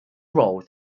role